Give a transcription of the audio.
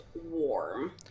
warm